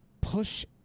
push